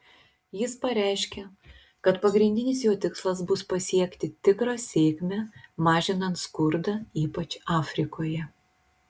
jis pareiškė kad pagrindinis jo tikslas bus pasiekti tikrą sėkmę mažinant skurdą ypač afrikoje